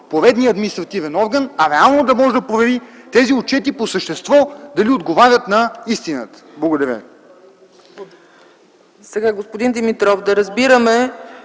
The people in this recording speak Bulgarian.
поредният административен орган, а реално да може да провери тези отчети по същество дали отговарят на истината. Благодаря.